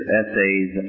essays